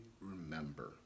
remember